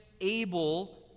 able